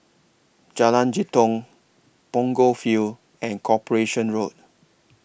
Jalan Jitong Punggol Field and Corporation Road